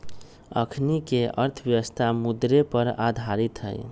अखनीके अर्थव्यवस्था मुद्रे पर आधारित हइ